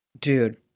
dude